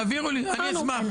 תעבירו לי, אני אשמח.